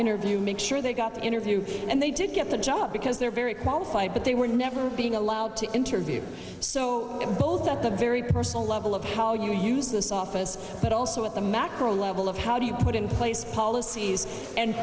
interview make sure they got the interview and they did get the job because they're very qualified but they were never being allowed to interview so it pulls at the very personal level of how you use this office but also at the macro level of how do you put in place policies and